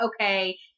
Okay